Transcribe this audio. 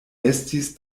estis